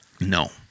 No